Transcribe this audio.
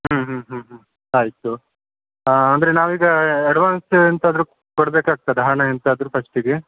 ಆಯಿತು ಅಂದರೆ ನಾವೀಗ ಎಡ್ವಾನ್ಸ್ ಎಂತಾದ್ರೂ ಕೊಡ್ಬೇಕಾಗ್ತದ ಹಣ ಎಂತಾದ್ರೂ ಫಸ್ಟಿಗೆ